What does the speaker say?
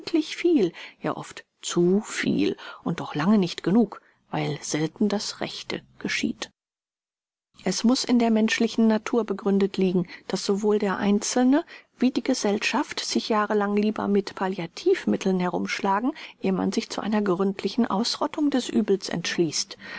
viel ja oft zu viel und doch lange nicht genug weil selten das rechte geschieht es muß in der menschlichen natur begründet liegen daß sowohl der einzelne wie die gesellschaft sich jahrelang lieber mit palliativmitteln herumschlagen ehe man sich zu einer gründlichen ausrottung des uebels entschließt